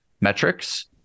metrics